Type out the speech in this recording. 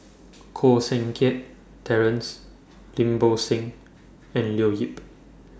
Koh Seng Kiat Terence Lim Bo Seng and Leo Yip